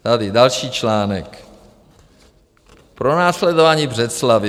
Tady další článek: Pronásledování v Břeclavi.